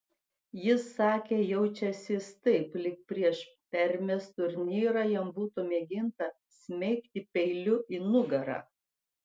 jis sakė jaučiąsis taip lyg prieš permės turnyrą jam būtų mėginta smeigti peiliu į nugarą